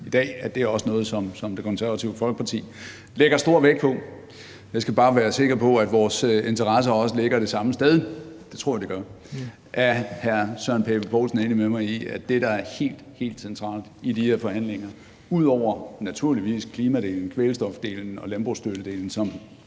i dag, at det også er noget, som Det Konservative Folkeparti lægger stor vægt på. Jeg skal bare være sikker på, at vores interesser også ligger det samme sted, hvilket jeg tror de gør: Er hr. Søren Pape Poulsen enig med mig i, at det, der er helt, helt centralt i de her forhandlinger – ud over naturligvis klimadelen, kvælstofdelen og landbrugsstøttedelen,